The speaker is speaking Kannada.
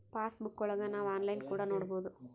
ಪಾಸ್ ಬುಕ್ಕಾ ಒಳಗ ನಾವ್ ಆನ್ಲೈನ್ ಕೂಡ ನೊಡ್ಬೋದು